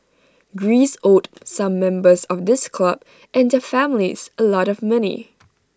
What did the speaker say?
Greece owed some members of this club and their families A lot of money